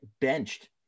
benched